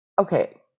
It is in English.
Okay